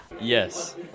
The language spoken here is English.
Yes